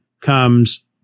comes